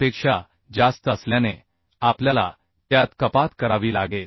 पेक्षा जास्त असल्याने आपल्याला त्यात कपात करावी लागेल